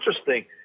interesting